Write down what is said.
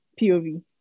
POV